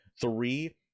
three